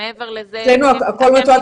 הכול מתועד.